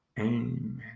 Amen